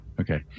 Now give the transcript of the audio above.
okay